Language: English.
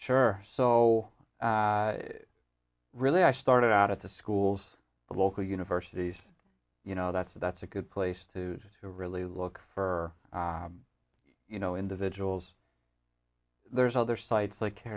sure so really i started out at the schools the local universities you know that's a that's a good place to to really look for you know individuals there's other sites like